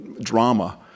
drama